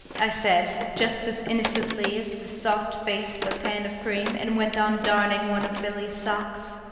i said, just as innocently as the soft face of a pan of cream, and went on darning one of billy's socks.